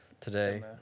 today